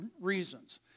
reasons